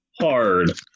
hard